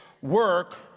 work